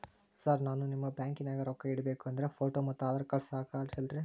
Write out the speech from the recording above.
Sir ನಾನು ನಿಮ್ಮ ಬ್ಯಾಂಕನಾಗ ರೊಕ್ಕ ಇಡಬೇಕು ಅಂದ್ರೇ ಫೋಟೋ ಮತ್ತು ಆಧಾರ್ ಕಾರ್ಡ್ ಸಾಕ ಅಲ್ಲರೇ?